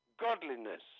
Godliness